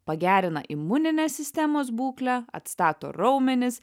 pagerina imuninę sistemos būklę atstato raumenis